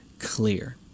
Clear